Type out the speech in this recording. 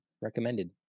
recommended